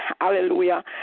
hallelujah